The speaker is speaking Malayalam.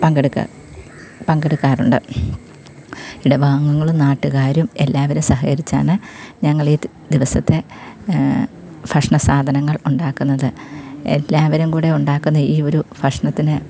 പങ്കെടുക്കുക പങ്കെടുക്കാറുണ്ട് ഇടവകാംഗങ്ങളും നാട്ടുകാരും എല്ലാവരും സഹകരിച്ചാണ് ഞങ്ങൾ ഈ ദിവസത്തെ ഭക്ഷണ സാധനങ്ങൾ ഉണ്ടാക്കുന്നത് എല്ലാവരും കൂടെ ഉണ്ടാക്കുന്ന ഈ ഒരു ഭക്ഷണത്തിന്